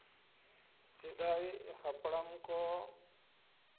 ᱥᱮᱫᱟᱭ ᱦᱟᱯᱲᱟᱢ ᱠᱚ